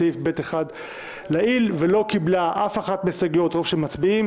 זמן זה יינתן לסיעות האופוזיציה,